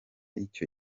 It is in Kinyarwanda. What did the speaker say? icyo